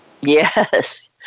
Yes